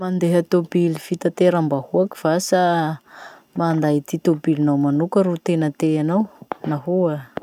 Mandeha tobily fitateram-bahoaky va sa manday ty tobilinao manoka ro tena tianao? Nahoa?